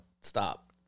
stop